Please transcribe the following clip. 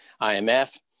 IMF